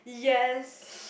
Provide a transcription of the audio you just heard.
yes